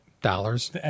Dollars